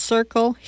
Circle